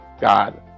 god